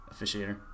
officiator